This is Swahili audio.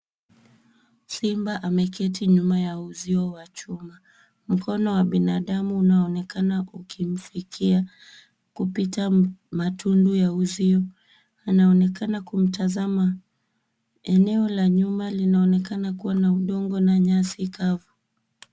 Simba ameketi nyuma ya uzio wa chuma. Mkono wa binadamu unaonekana ukimfikia kupita matundu ya uzio. Anaonekana kumtazama. Eneo la nyuma linaonekana kuwa na udongo na nyasi kavu.